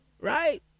Right